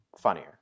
funnier